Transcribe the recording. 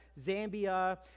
Zambia